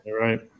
Right